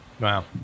Wow